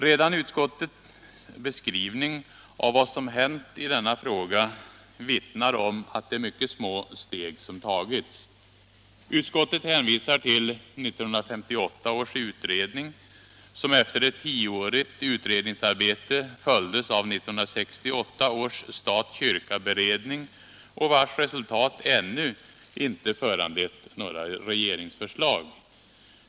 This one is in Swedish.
Redan konstitutionsutskottets beskrivning av vad som hänt i denna fråga vittnar om att det är mycket små steg som tagits. Utskottet hänvisar till 1958 års utredning, som efter ett tioårigt utredningsarbete följdes av 1968 års stat-kyrka-beredning och vars resultat ännu inte föranlett några regeringsförslag.